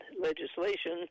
legislation